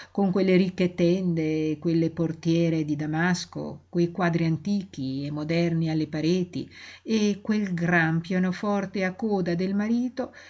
con quelle ricche tende e quelle portiere di damasco quei quadri antichi e moderni alle pareti e quel gran pianoforte a coda del marito